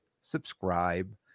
subscribe